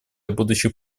будущих